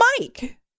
Mike